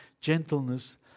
gentleness